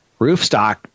Roofstock